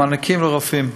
המענקים לרופאים,